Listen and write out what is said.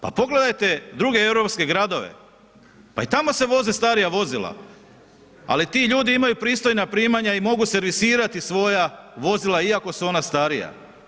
Pa pogledajte druge europske gradove, pa i tamo se voze starija vozila ali ti ljudi imaju pristojna primanja i mogu servisirati svoj vozila iako su ona starija.